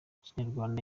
ikinyarwanda